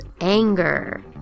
anger